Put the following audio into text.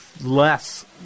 less